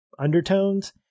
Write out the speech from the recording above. undertones